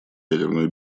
ядерную